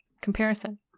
comparison